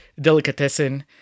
Delicatessen